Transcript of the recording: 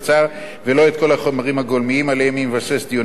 את כל החומרים הגולמיים שעליהם היא מבססת את דיוניה ואת הכרזותיה.